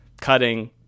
cutting